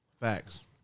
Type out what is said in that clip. Facts